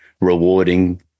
rewarding